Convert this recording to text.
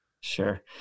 Sure